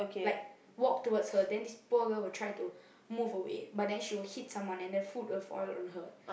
like walk towards her then this poor girl will try to move away but then she will hit someone and the food will fall on her